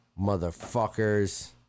motherfuckers